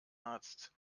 arzt